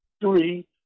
three